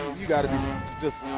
you've got to be gist